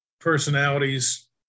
personalities